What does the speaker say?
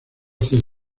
hace